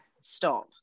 Stop